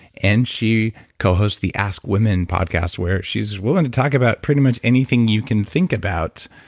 and she cohosted the ask women podcast where she's willing to talk about pretty much anything you can think about,